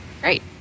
Great